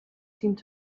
seemed